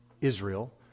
Israel